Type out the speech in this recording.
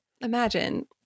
imagine